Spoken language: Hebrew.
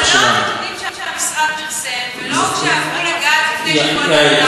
אלה לא הנתונים שהמשרד פרסם ולא, זאת האמת.